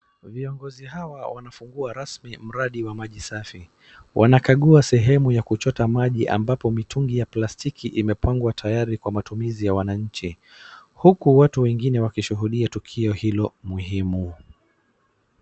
Viongozi hawa wanafungua rasmi mradi wa maji safi, wanakagua sehemu ya kuchota maji ambapo mitungi ya plastiki imepangwa tayari kwa matumizi ya wananchi, huku watu wengine wakishuhudia tukio hilo muhimu.